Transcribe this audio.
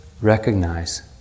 recognize